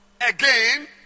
Again